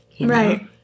right